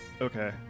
Okay